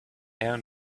owned